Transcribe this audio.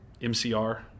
MCR